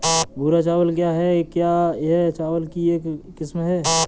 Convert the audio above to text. भूरा चावल क्या है? क्या यह चावल की एक किस्म है?